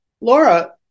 Laura